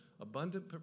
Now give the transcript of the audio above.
Abundant